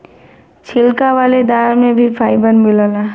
छिलका वाले दाल में भी फाइबर मिलला